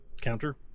counter